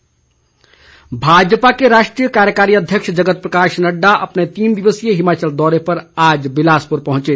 नड़डा भाजपा के राष्ट्रीय कार्यकारी अध्यक्ष जगत प्रकाश नड्डा अपने तीन दिवसीय हिमाचल दौरे पर आज बिलासपुर पहुंचे